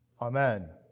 Amen